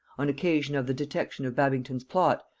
on occasion of the detection of babington's plot,